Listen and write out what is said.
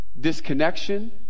disconnection